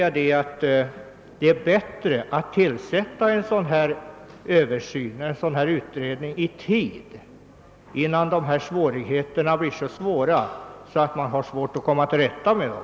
Jag anser att det är bättre att tillsätta en utredning av detta slag i tid, innan svårigheterna blir så stora att det blir besvärligt att bemästra dem.